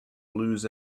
blues